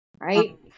right